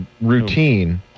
routine